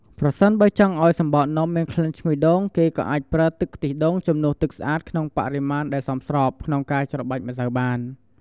ប្រសិនបើចង់ឲ្យសំបកនំមានក្លិនឈ្ងុយដូង គេក៏អាចប្រើ ទឹកខ្ទិះដូង ជំនួសទឹកស្អាតក្នុងបរិមាណដែលសមស្រប ក្នុងការច្របាច់ម្សៅបាន។